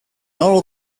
oral